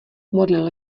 modlil